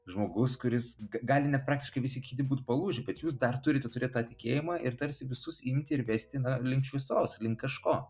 žmogus kuris g gali net praktiškai visi kiti būti palūžę bet jūs dar turite turėt tą tikėjimą ir tarsi visus imti ir vesti na link šviesos link kažko